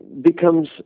becomes